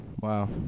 Wow